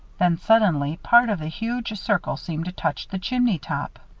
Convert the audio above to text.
then, suddenly, part of the huge circle seemed to touch the chimney top.